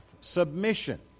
Submission